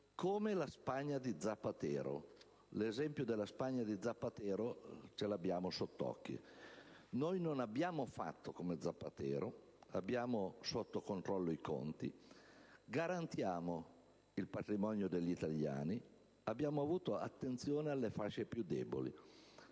come la Spagna di Zapatero». L'esempio della Spagna di Zapatero ce l'abbiamo sott'occhio. Noi non abbiamo fatto come Zapatero; abbiamo sotto controllo i conti, garantiamo il patrimonio degli italiani e abbiamo avuto attenzione per le fasce più deboli.